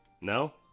No